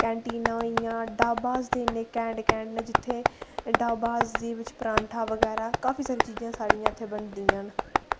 कैंटीनां होइयां ढाबास ते इन्ने घैंट घैंट न जित्थै ढाबास दी बिच परांठा बगैरा काफी सारी चीजां साढ़ियां इत्थै बनदियां न